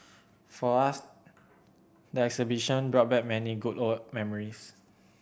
for us the exhibition brought back many good old memories